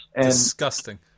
Disgusting